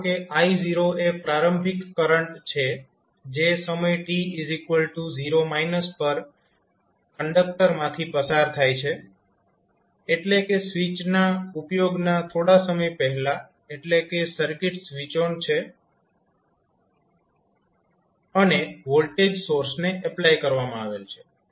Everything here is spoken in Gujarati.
ધારો કે I0 એ પ્રારંભિક કરંટ છે જે સમય t0 પર કંડક્ટર માંથી પસાર થાય છે એટલે કે સ્વીચના ઉપયોગના થોડા સમય પહેલા એટલે કે સર્કિટ સ્વીચ ઓન છે અને વોલ્ટેજ સોર્સને એપ્લાય કરવામાં આવેલ છે